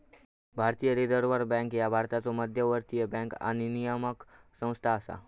भारतीय reserve bank ह्या भारताचो मध्यवर्ती बँक आणि नियामक संस्था असा